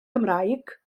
cymraeg